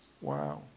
Wow